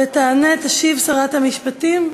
תענה, תשיב שרת המשפטים,